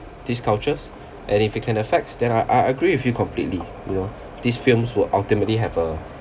these cultures and if it can affects then I I agree with you completely you know these films will ultimately have a